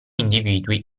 individui